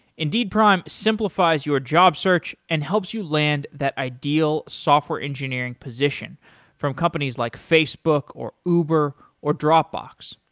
indeed prime simplifies your job search and helps you land that ideal software engineering position from companies like facebook, or uber or dropbox.